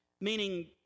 meaning